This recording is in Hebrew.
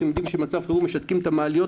אתם יודעים שבמצב חירום משתקים את המעליות,